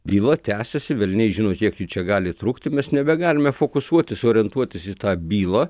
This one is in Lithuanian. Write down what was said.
byla tęsiasi velniai žino kiek čia gali trukti mes nebegalime fokusuotis orientuotis į tą bylą